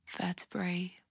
vertebrae